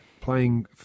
playing